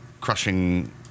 crushing